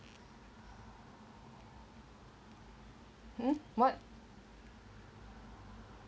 hmm what